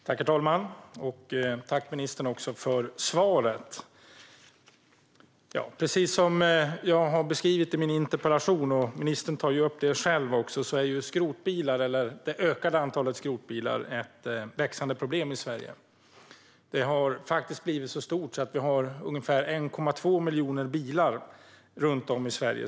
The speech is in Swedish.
Herr talman! Tack, ministern, för svaret! Precis som jag har beskrivit i min interpellation, och som ministern själv tar upp, är det ökade antalet skrotbilar ett växande problem i Sverige. Problemet har blivit så stort att det finns ungefär 1,2 miljoner avställda bilar.